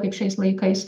kaip šiais laikais